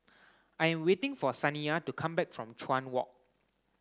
I am waiting for Saniyah to come back from Chuan Walk